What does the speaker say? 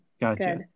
Gotcha